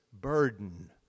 burden